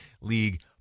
league